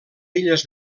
illes